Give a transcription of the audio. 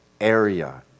area